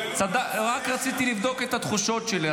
רק רציתי לבדוק את התחושות שלי.